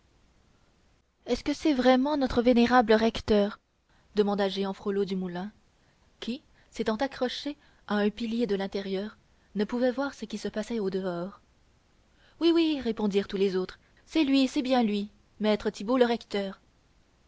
est-ce que c'est vraiment notre vénérable recteur maître thibaut demanda jehan frollo du moulin qui s'étant accroché à un pilier de l'intérieur ne pouvait voir ce qui se passait au dehors oui oui répondirent tous les autres c'est lui c'est bien lui maître thibaut le recteur